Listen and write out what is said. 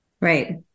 Right